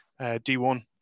D1